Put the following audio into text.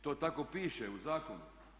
To tako piše u zakonu.